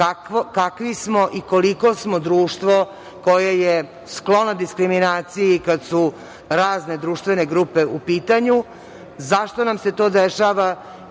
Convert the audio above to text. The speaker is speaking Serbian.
kakvi smo i koliko smo društvo koje je sklono diskriminaciji kada su razne društvene grupe u pitanju, zašto nam se to dešava